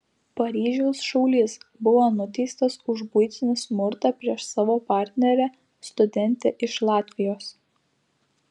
paryžiaus šaulys buvo nuteistas už buitinį smurtą prieš savo partnerę studentę iš latvijos